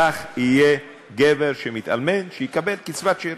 כך גבר שמתאלמן יקבל קצבת שאירים.